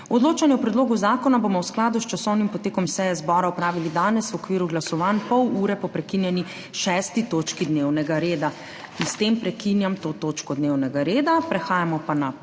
Odločanje o predlogu zakona bomo v skladu s časovnim potekom seje zbora opravili danes v okviru glasovanj, pol ure po prekinjeni 6. točki dnevnega reda. S tem prekinjam to točko dnevnega reda. Prehajamo pa na **5.